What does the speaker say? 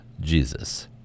jesus